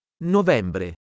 novembre